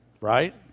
right